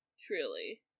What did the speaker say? Truly